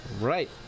Right